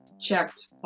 checked